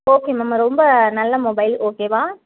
okay ma'am ரொம்ப நல்ல mobile ஓகேவா